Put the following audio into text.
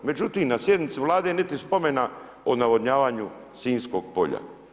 Međutim, na sjednici Vlade niti spomena o navodnjavanju Sinjskog polja.